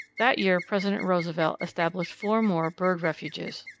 that year president roosevelt established four more bird refuges.